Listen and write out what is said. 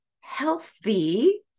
healthy